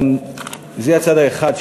זה הצד האחד.